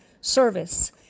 service